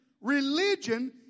Religion